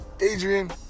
Adrian